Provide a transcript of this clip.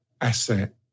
asset